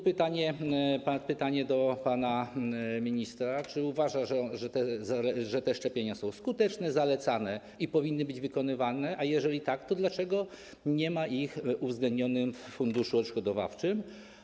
Pytanie do pana ministra: Czy uważa pan, że te szczepienia są skuteczne, zalecane i powinny być wykonywane, a jeżeli tak, to dlaczego nie są one uwzględnione w funduszu odszkodowawczym?